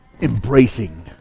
embracing